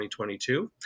2022